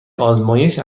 آزمایش